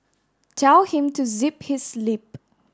tell him to zip his lip